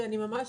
ואני ממש